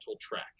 track